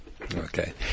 Okay